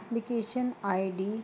application ID